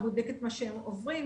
לא בודק את מה שהם עוברים.